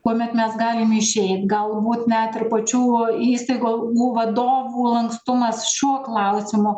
kuomet mes galime išeit galbūt net ir pačių įstaigų jų vadovų lankstumas šiuo klausimu